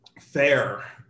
fair